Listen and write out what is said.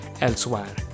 elsewhere